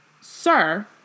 Sir